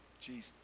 Jesus